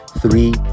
Three